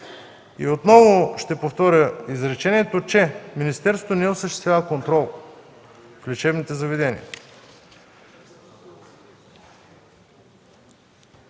Отново ще повторя, че министерството не осъществява контрол в лечебните заведения.